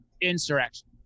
Insurrection